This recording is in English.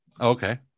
Okay